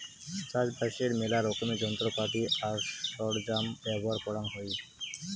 চাষবাসের মেলা রকমের যন্ত্রপাতি আর সরঞ্জাম ব্যবহার করাং হই